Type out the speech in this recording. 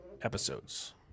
episodes